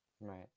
Right